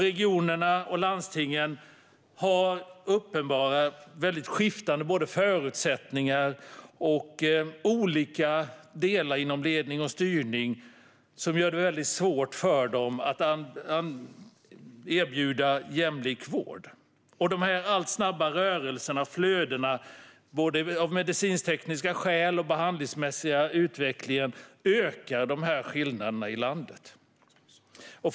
Regionerna och landstingen har uppenbart väldigt skiftande förutsättningar och skillnader inom ledning och styrning som gör det väldigt svårt för dem att erbjuda jämlik vård. De allt snabbare rörelserna och flödena ökar de här skillnaderna i landet, både av medicinsk-tekniska orsaker och på grund av den behandlingsmässiga utvecklingen.